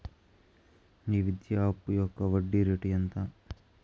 ఈ విద్యా అప్పు యొక్క వడ్డీ రేటు ఎంత?